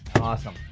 Awesome